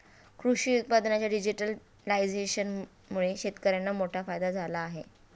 कृषी उत्पादनांच्या डिजिटलायझेशनमुळे शेतकर्यांना मोठा फायदा झाला आहे